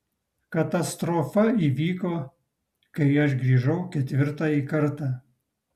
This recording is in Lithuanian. katastrofa įvyko kai aš grįžau ketvirtąjį kartą